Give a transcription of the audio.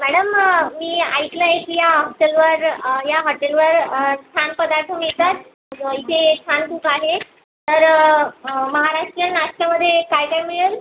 madam मी ऐकलं आहे की या हॉटेलवर या हॉटेलवर छान पदार्थ मिळतात इथे छान कुक आहे तर महाराष्ट्रीयन नाश्त्यामध्ये काय काय मिळेल